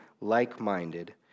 like-minded